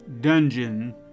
dungeon